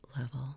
level